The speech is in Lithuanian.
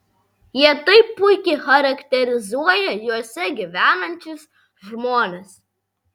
jie taip puikiai charakterizuoja juose gyvenančius žmones